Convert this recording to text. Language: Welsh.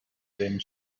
ddim